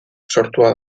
sortua